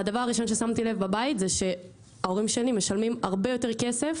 הדבר הראשון ששמתי לב בבית זה שההורים שלי משלמים הרבה יותר כסף